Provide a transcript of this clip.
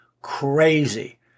Crazy